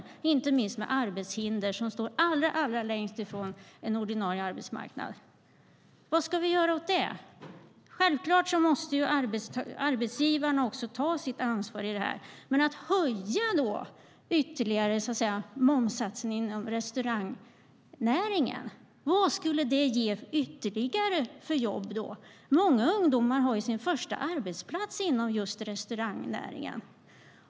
Det handlar inte minst om personer med arbetshinder, som står allra längst ifrån den ordinarie arbetsmarknaden. Vad ska vi göra åt det? Självfallet måste arbetsgivarna ta sitt ansvar i detta. Men vilka ytterligare jobb skulle det ge att höja momssatsen inom restaurangnäringen? Många ungdomar har sin första arbetsplats inom just restaurangnäringen.